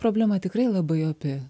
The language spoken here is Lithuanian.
problema tikrai labai opi